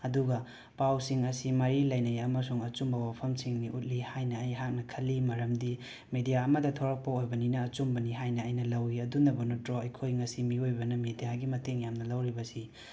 ꯑꯗꯨꯒ ꯄꯥꯎꯁꯤꯡ ꯑꯁꯤ ꯃꯔꯤ ꯂꯩꯅꯩ ꯑꯃꯁꯨꯡ ꯑꯆꯨꯝꯕ ꯋꯥꯐꯝꯁꯤꯡꯅꯤ ꯎꯠꯂꯤ ꯍꯥꯏꯅ ꯑꯩꯍꯥꯛꯅ ꯈꯜꯂꯤ ꯃꯔꯝꯗꯤ ꯃꯤꯗ꯭ꯌꯥ ꯑꯃꯗ ꯊꯣꯔꯛꯄ ꯑꯣꯏꯕꯅꯤꯅ ꯑꯆꯨꯝꯕꯅꯤ ꯍꯥꯏꯅ ꯑꯩꯅ ꯂꯧꯏ ꯑꯗꯨꯅꯕꯨ ꯅꯠꯇ꯭ꯔꯣ ꯑꯩꯈꯣꯏ ꯉꯁꯤ ꯃꯤꯑꯣꯏꯕꯅ ꯃꯤꯗ꯭ꯌꯥꯒꯤ ꯃꯇꯦꯡ ꯌꯥꯝꯅ ꯂꯧꯔꯤꯕꯁꯤ